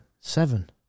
seven